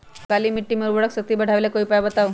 काली मिट्टी में उर्वरक शक्ति बढ़ावे ला कोई उपाय बताउ?